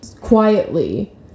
quietly